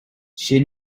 she